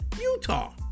Utah